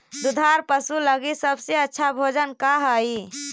दुधार पशु लगीं सबसे अच्छा भोजन का हई?